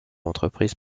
entreprises